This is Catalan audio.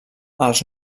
els